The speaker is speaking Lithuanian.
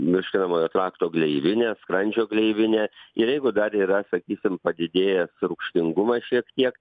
virškinamojo trakto gleivinė skrandžio gleivinė ir jeigu dar yra sakysim padidėjęs rūgštingumas šiek tiek